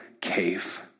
cave